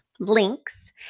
links